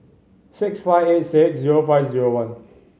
six five eight six zero five zero one